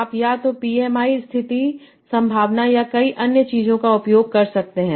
आप या तो PMI स्थिति संभावना या कई अन्य चीजों का उपयोग कर सकते हैं